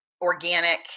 organic